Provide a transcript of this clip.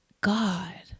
God